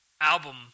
album